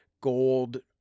gold